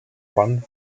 pan